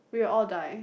we all die